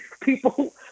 people